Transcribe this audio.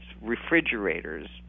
refrigerators